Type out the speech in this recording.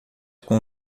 com